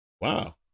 Wow